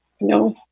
No